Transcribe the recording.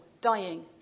dying